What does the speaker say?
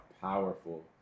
powerful